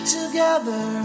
together